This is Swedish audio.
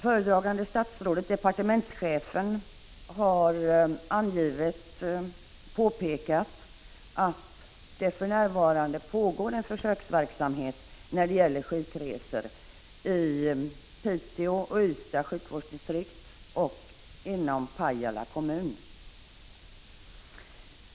Föredragande statsrådet har påpekat att det för närvarande pågår en försöksverksamhet när det gäller sjukresor i Piteå och Ystads sjukvårdsdistrikt och inom Pajala kommun.